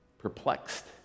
Perplexed